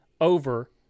over